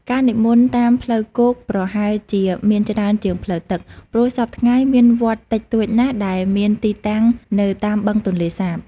ការនិមន្តតាមផ្លូវគោកប្រហែលជាមានច្រើនជាងផ្លូវទឹក ព្រោះសព្វថ្ងៃមានវត្តតិចតួចណាស់ដែលមានទីតាំងនៅតាមបឹងទន្លេសាប។